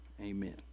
Amen